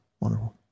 Wonderful